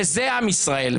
וזה עם ישראל.